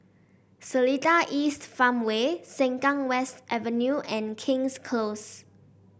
Seletar East Farmway Sengkang West Avenue and King's Close